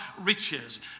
riches